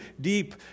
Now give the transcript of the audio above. deep